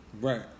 Right